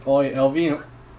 !aiyo! alvin